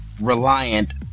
Reliant